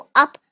up